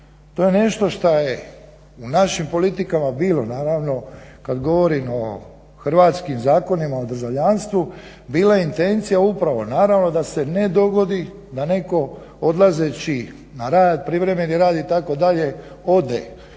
To je nešto šta je u našim politikama bilo naravno kad govorimo o hrvatskim zakonima, o državljanstvu bila intencija upravo naravno da se ne dogodi da netko odlazeći na rad, privremeni rad itd. ode